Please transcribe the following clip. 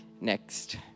Next